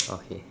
okay